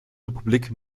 republik